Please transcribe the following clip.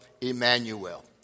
Emmanuel